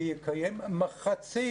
שיקיים מחצית